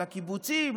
לקיבוצים,